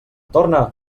torna